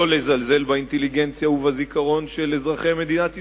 לא לזלזל באינטליגנציה ובזיכרון של אזרחי מדינת ישראל,